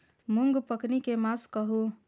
मूँग पकनी के मास कहू?